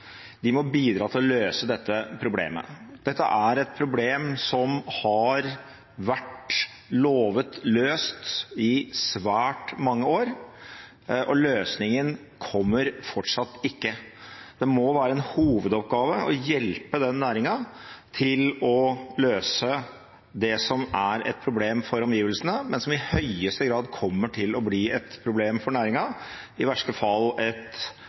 oppdrettsnæringen må bidra til å løse dette problemet. Dette er et problem som har vært lovet løst i svært mange år, og løsningen kommer fortsatt ikke. Det må være en hovedoppgave å hjelpe denne næringen med å løse dette, som er et problem for omgivelsene, men som i høyeste grad kommer til å bli et problem for næringen – i verste fall et